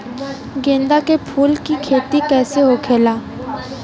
गेंदा के फूल की खेती कैसे होखेला?